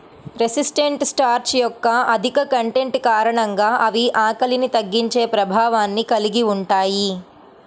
resistant starch యొక్క అధిక content కారణంగా అవి ఆకలిని తగ్గించే ప్రభావాన్ని కలిగి ఉంటాయి